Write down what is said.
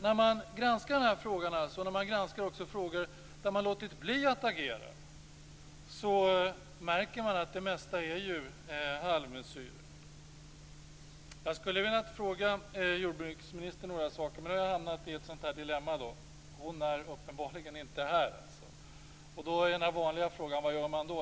När man granskar den här frågan och frågor där Socialdemokraterna låtit bli att agera, märker man att det mesta är halvmesyrer. Jag skulle ha velat fråga jordbruksministern om några saker. Men nu har jag hamnat i ett dilemma. Hon är uppenbarligen inte här. Då är den vanliga frågan: Vad gör man då?